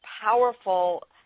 powerful